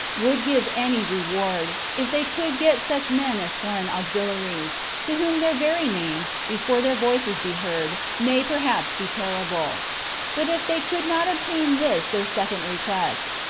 would give any reward, if they could get such men as foreign auxiliaries, to whom their very names, before their voices be heard, may perhaps be terrible but if they could not obtain this their second request,